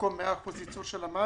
במקום 100% ייצור של המים.